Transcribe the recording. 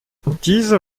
diese